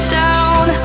down